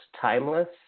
timeless